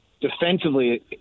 defensively